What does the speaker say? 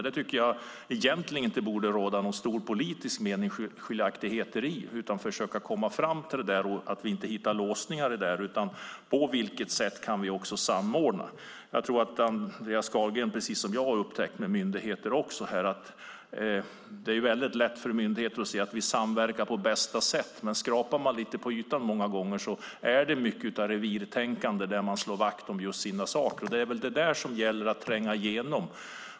Det tycker jag egentligen inte att det borde råda några stora politiska meningsskiljaktigheter om, utan vi ska försöka komma fram utan låsningar och se på vilket sätt vi kan samordna detta. Jag tror att Andreas Carlgren precis som jag har upptäckt att det är väldigt lätt för myndigheter att säga att de samverkar på bästa sätt. Men om man skrapar lite på ytan är det många gånger mycket av revirtänkande där man slår vakt om just sina saker. Det är det där som det gäller att tränga igenom.